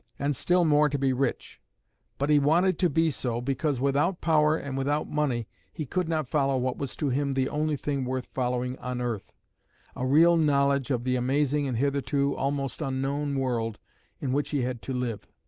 and still more to be rich but he wanted to be so, because without power and without money he could not follow what was to him the only thing worth following on earth a real knowledge of the amazing and hitherto almost unknown world in which he had to live.